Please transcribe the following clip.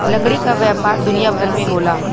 लकड़ी क व्यापार दुनिया भर में होला